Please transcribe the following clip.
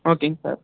ஓகேங்க சார்